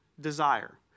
desire